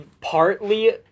partly